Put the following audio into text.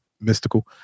Mystical